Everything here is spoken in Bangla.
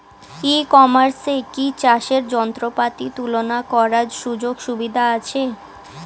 ই কমার্সে কি চাষের যন্ত্রপাতি তুলনা করার সুযোগ সুবিধা আছে?